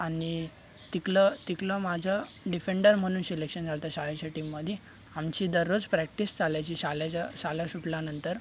आणि तिकडं तिकडं माझं डिफेंडर म्हणून सिलेक्शन झालं होतं शाळेच्या टीममध्ये आमची दररोज प्रॅक्टिस चालायची शाळेच्या शाळा सुटल्यानंतर